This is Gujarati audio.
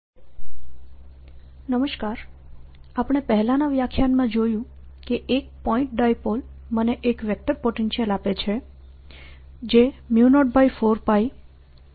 magnetic materials - II bound current densities આપણે પહેલાનાં વ્યાખ્યાનમાં જોયું કે એક પોઈન્ટ ડાયપોલ મને એક વેક્ટર પોટેન્શિયલ આપે છે જે 04πmrr3 છે